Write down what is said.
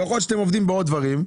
אבל יכול להיות שאתם עובדים בעוד דברים,